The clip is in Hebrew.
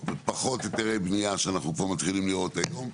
פחות היתרי בנייה שאנחנו כבר מתחילים לראות היום,